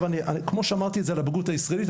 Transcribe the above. כמו שאמרתי את זה על הבגרות הישראלית,